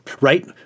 right